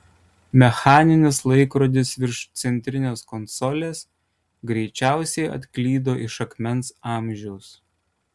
mechaninis laikrodis virš centrinės konsolės greičiausiai atklydo iš akmens amžiaus